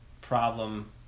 problem